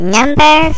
Number